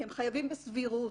הם חייבים בסבירות,